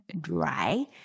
dry